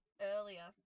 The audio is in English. earlier